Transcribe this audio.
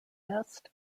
best